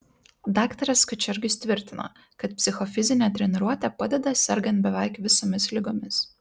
daktaras kačergius tvirtina kad psichofizinė treniruotė padeda sergant beveik visomis ligomis